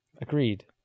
Agreed